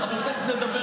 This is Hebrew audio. או שהיה נדמה